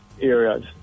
areas